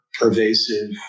pervasive